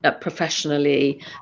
professionally